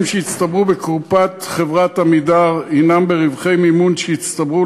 שהצטברו בקופת חברת "עמידר" הוא ברווחי מימון שהצטברו